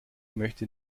möchte